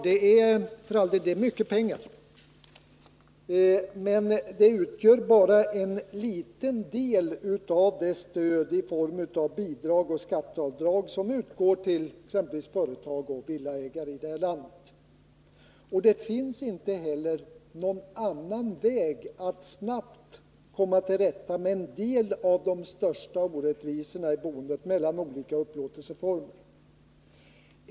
Det är naturligtvis mycket pengar, men det utgör bara en liten del av det stöd i form av bidrag och skatteavdrag som utgår exempelvis till företag och villaägare i det här landet. Det finns inte heller någon annan väg att snabbt komma till rätta med en del av de största orättvisorna i boendet när det gäller olika upplåtelseformer.